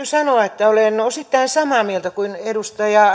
sanoa että olen osittain samaa mieltä kuin edustaja